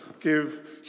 give